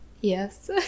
Yes